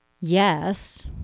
yes